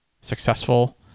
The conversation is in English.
successful